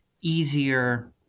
easier